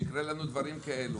שיקרו לנו דברים כאלה.